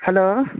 hello